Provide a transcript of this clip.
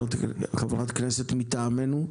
חברת כנסת מטעמנו,